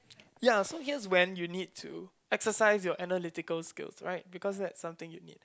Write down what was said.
ya so here when you need to exercise your analytical skill right because that is something you need